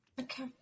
Okay